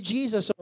Jesus